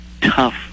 tough